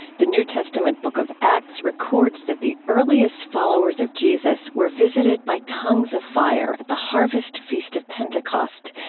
the new testament book of acts records that the earliest followers of jesus were visited by tongues of fire at the harvest feast of pentecost,